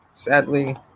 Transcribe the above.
Sadly